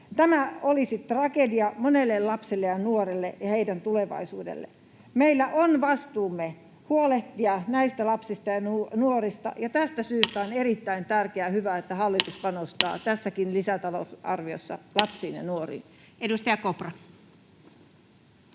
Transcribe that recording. Tämä olisi tragedia monelle lapselle ja nuorelle ja heidän tulevaisuudelleen. Meillä on vastuumme huolehtia näistä lapsista ja nuorista, ja tästä syystä on erittäin tärkeä ja hyvä, että hallitus panostaa tässäkin lisätalousarviossa lapsiin ja nuoriin. Edustaja Kopra.